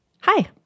Hi